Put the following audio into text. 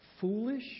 Foolish